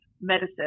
medicine